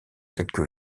quelque